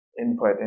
input